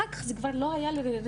אחר כך זה כבר לא היה רלוונטי.